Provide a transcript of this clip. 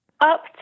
Up